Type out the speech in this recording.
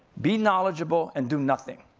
be knowledgeable and do nothing,